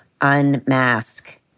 unmask